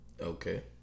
Okay